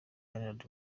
iharanira